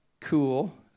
cool